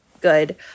good